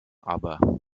aber